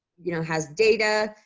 you know has data,